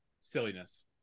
silliness